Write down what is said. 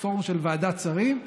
פורום של ועדת שרים,